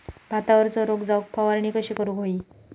भातावरचो रोग जाऊक फवारणी कशी करूक हवी?